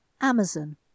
Amazon